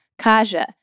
Kaja